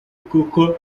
kuko